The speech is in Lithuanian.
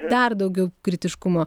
dar daugiau kritiškumo